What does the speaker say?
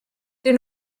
did